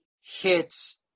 hits